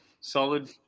solid